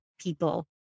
people